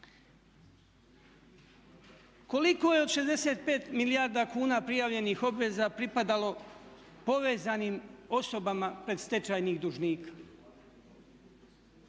Koliko je od 65 milijarda kuna prijavljenih obveza pripadalo povezanim osobama predstečajnih dužnika?